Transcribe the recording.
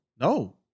No